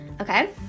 Okay